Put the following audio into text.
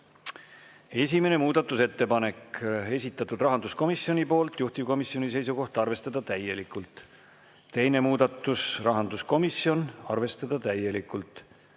Esimene muudatusettepanek on esitatud rahanduskomisjoni poolt, juhtivkomisjoni seisukoht on arvestada täielikult. Teine muudatus: rahanduskomisjon, arvestada täielikult.